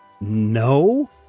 no